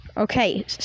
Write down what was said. Okay